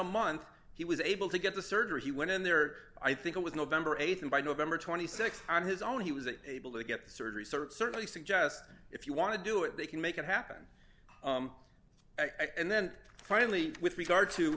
month he was able to get the surgery he went in there i think it was november th and by november th on his own he was able to get the surgery certainly suggest if you want to do it they can make it happen i can then finally with regard to